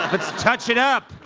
ah let's touch it up.